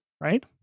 right